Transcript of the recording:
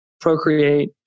procreate